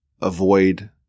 avoid